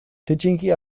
tyčinky